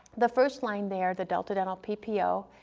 the first line there, the delta dental ppo,